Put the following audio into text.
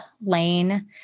lane